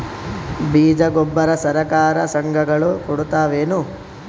ಬೀಜ ಗೊಬ್ಬರ ಸರಕಾರ, ಸಂಘ ಗಳು ಕೊಡುತಾವೇನು?